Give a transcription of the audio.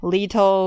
Little